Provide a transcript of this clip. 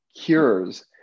cures